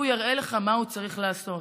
הוא יראה לך מה הוא צריך לעשות,